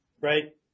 right